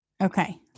Okay